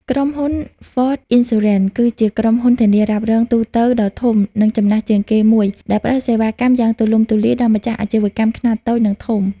ក្រុមហ៊ុន Forte Insurance គឺជាក្រុមហ៊ុនធានារ៉ាប់រងទូទៅដ៏ធំ និងចំណាស់ជាងគេមួយ ដែលផ្ដល់សេវាកម្មយ៉ាងទូលំទូលាយដល់ម្ចាស់អាជីវកម្មខ្នាតតូច និងធំ។